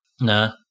No